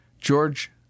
George